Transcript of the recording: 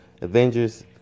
Avengers